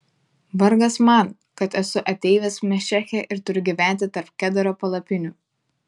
vargas man kad esu ateivis mešeche ir turiu gyventi tarp kedaro palapinių